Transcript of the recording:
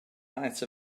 height